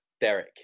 Derek